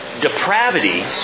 depravity